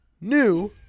New